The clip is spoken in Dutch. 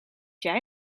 jij